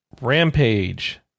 Rampage